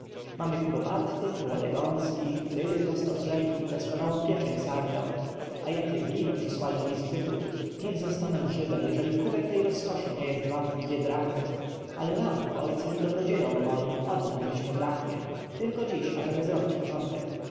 mamy kuropatwy młode gąski ryby prosto z rzeki doskonałą pieczeń sarnią a jakie wino przysłali mi z cypru niech zostanę żydem jeżeli kubek tej rozkoszy nie jest wart dwie drachmy ale wam ojcom i dobrodziejom moim oddam dziś po drachmie tylko dziś ażeby zrobić początek